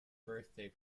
birthday